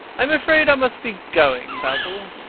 i am afraid i must be going, basil,